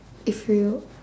if you